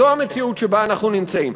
זו המציאות שבה אנחנו נמצאים.